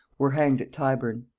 were hanged at tyburn.